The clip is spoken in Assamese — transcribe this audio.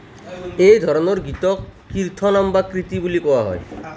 এই ধৰণৰ গীতক কীৰ্থনম বা কৃতি বুলি কোৱা হয়